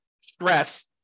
stress